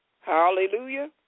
Hallelujah